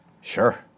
Sure